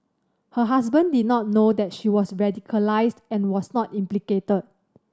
her husband did not know that she was radicalised and was not implicated